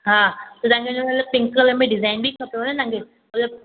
हा त तव्हांखे हिन में पिंक कलर में डिज़ाइन बि खपेव तव्हांखे मतलबु